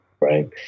right